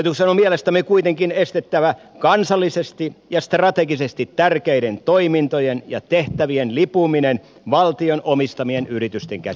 hallituksen on mielestämme kuitenkin estettävä kansallisesti ja strategisesti tärkeiden toimintojen ja tehtävien lipuminen valtion omistamien yritysten käsistä